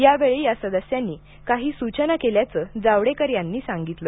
या वेळी या सदस्यांनी काही सुचना केल्याचं जावडेकर यांनी सांगितलं